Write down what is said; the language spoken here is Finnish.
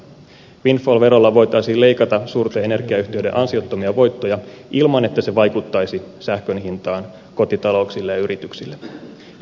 windfall verolla voitaisiin leikata suurten energiayhtiöitten ansiottomia voittoja ilman että se vaikuttaisi sähkön hintaan kotitalouksille ja yrityksille